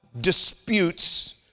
disputes